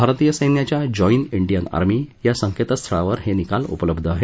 भारतीय सैन्याच्या join Indian army या संकेतस्थळावर हे निकाल उपलब्ध आहेत